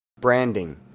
Branding